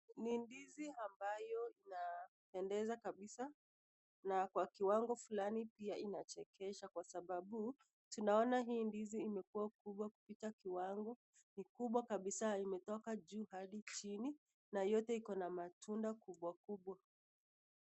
Ni ndizi ambayo inapendeza kabisa, na kwa kiwango fulani pia inachekesha kwa sababu , tunaona hii ndizi imekuwa kubwa kupita kiwango, ni kubwa kabisa imetoka juu hadi chini na yote iko na matunda kubwa kubwa.